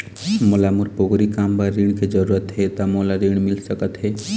मोला मोर पोगरी काम बर ऋण के जरूरत हे ता मोला ऋण मिल सकत हे?